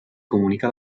comunica